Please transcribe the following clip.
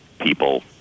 people